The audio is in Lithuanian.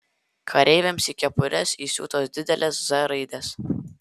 kareiviams į kepures įsiūtos didelės z raidės